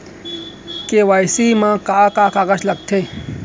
KYC मा का का कागज लगथे?